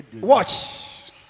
Watch